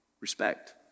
respect